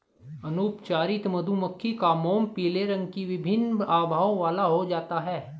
अनुपचारित मधुमक्खी का मोम पीले रंग की विभिन्न आभाओं वाला हो जाता है